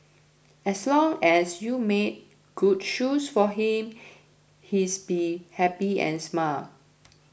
as long as you made good shoes for him he's be happy and smile